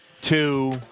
two